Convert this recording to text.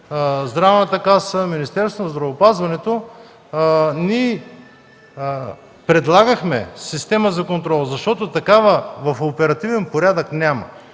Здравната каса и Министерството на здравеопазването, предлагахме система за контрол, защото такава в оперативен порядък няма.